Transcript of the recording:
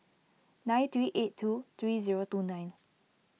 nine three eight two three zero two nine